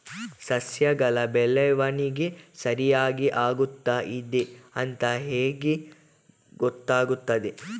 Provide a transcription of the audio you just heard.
ಸಸ್ಯಗಳ ಬೆಳವಣಿಗೆ ಸರಿಯಾಗಿ ಆಗುತ್ತಾ ಇದೆ ಅಂತ ಹೇಗೆ ಗೊತ್ತಾಗುತ್ತದೆ?